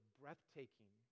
breathtaking